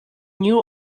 new